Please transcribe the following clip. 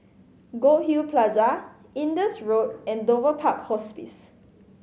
Goldhill Plaza Indus Road and Dover Park Hospice